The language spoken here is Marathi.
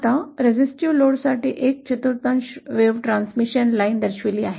आता रेझिस्टिव्ह लोडसाठी एक चतुर्थांश वेव्ह ट्रान्समिशन लाइन दर्शविली आहे